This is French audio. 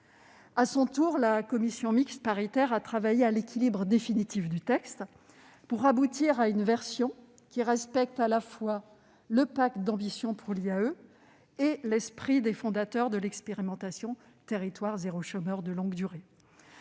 À son tour, la commission mixte paritaire a travaillé à l'équilibre définitif du texte, pour aboutir à une version qui respecte à la fois le « pacte d'ambition pour l'IAE » et l'esprit des fondateurs de l'expérimentation « territoires zéro chômeur de longue durée ».